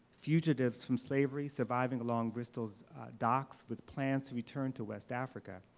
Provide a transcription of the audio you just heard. fugitives from slavery, surviving along bristol's docks with plans to return to west africa.